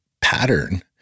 pattern